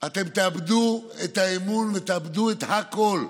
אתם תאבדו את האמון ותאבדו את הכול,